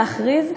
להכריז,